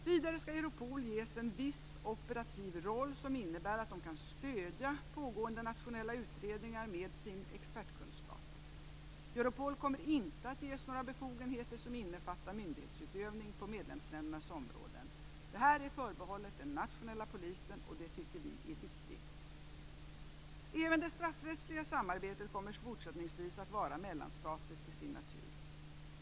Vidare skall Europol ges en viss operativ roll som innebär att pågående internationella utredningar kan stödjas av Europols expertkunskap. Europol kommer inte att ges några befogenheter som innefattar myndighetsutövning på medlemsländernas områden. Det är förbehållet den nationella polisen, och det tycker vi är viktigt. Även det straffrättsliga samarbetet kommer fortsättningsvis att vara mellanstatligt till sin natur.